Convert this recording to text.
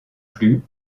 plus